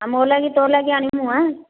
ଆଉ ମୋ ଲାଗି ତୋ ଲାଗି ଆଣିବୁ ଆଁ